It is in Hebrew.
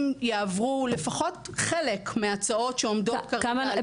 אם יעבור לפחות חלק מההצעות שעומדת כרגע על הפרק.